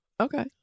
Okay